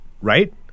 Right